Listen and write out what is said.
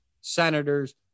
senators